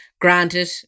granted